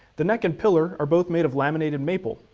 the neck and pillar are both made of laminated maple.